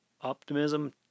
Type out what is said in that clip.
Optimism